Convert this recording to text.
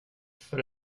för